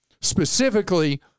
specifically